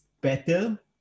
better